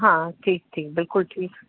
हा ठीकु ठीकु बिल्कुलु ठीकु